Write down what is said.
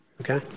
Okay